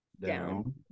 Down